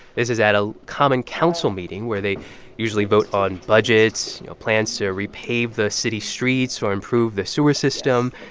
this is at a common council meeting, where they usually vote on budgets, you know, plans to repave the city streets or improve the sewer system.